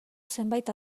zenbait